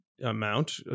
amount